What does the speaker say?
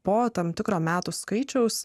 po tam tikro metų skaičiaus